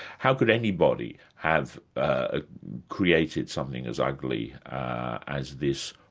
how could anybody have ah created something as ugly as this?